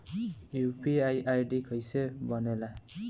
UPI ID कैसे बनेला?